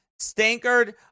Stankard